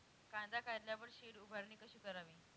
कांदा काढल्यावर शेड उभारणी कशी करावी?